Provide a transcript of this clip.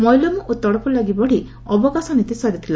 ମଇଲମ ଓ ତଡ଼ପଲାଗି ବଢ଼ି ଅବକାଶ ନୀତି ସରିଥିଲା